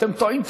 אתם טועים.